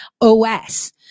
OS